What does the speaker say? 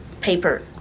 paper